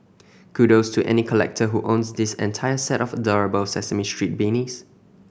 kudos to any collector who owns this entire set of adorable Sesame Street beanies